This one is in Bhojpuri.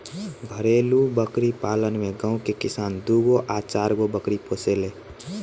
घरेलु बकरी पालन में गांव के किसान दूगो आ चारगो बकरी पोसेले